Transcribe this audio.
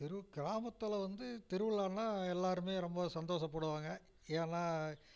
திரு கிராமத்தில் வந்து திருவிழான்னா எல்லாருமே ரொம்ப சந்தோசப்படுவாங்க ஏன்னா